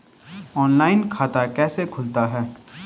Online खाता कैसे खुलता है?